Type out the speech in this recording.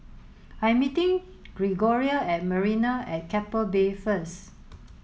I am meeting Gregoria at Marina at Keppel Bay first